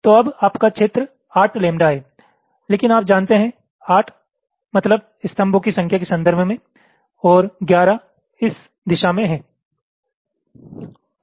तो अब आपका क्षेत्र 8 लैम्ब्डा है लेकिन आप जानते हैं 8 मतलब स्तंभों की संख्या के संदर्भ में और 11 इस दिशा में है